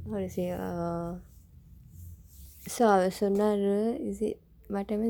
how to say err so அவர் சொன்னாரு:avaar sonnaaru is it my tamil